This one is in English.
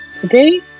today